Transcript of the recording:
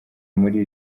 muri